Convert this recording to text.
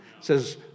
says